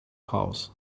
house